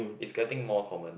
is getting more common